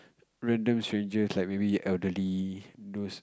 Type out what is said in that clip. random strangers like maybe elderly those